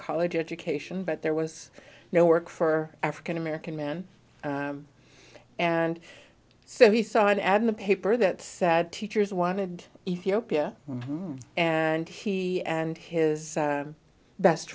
college education but there was no work for african american men and so he saw an ad in the paper that said teachers wanted ethiopia and he and his best